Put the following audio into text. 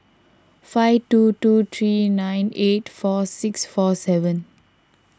five two two three nine eight four six four seven